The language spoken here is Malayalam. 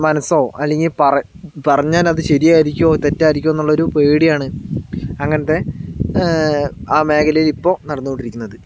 മനസ്സോ അല്ലെങ്കിൽ പറ പറഞ്ഞാൽ അത് ശരിയായിരിക്കോ തെറ്റായിരിക്കോ എന്നുള്ള ഒരു പേടിയാണ് അങ്ങനത്തെ ആ മേഖലയിൽ ഇപ്പോൾ നടന്നുകൊണ്ടിരിക്കുന്നത്